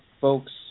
folks